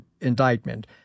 indictment